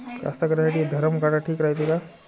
कास्तकाराइसाठी धरम काटा ठीक रायते का?